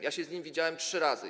Ja się z nim widziałem trzy razy.